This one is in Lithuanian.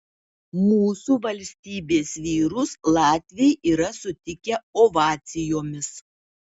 mūsų valstybės vyrus latviai yra sutikę ovacijomis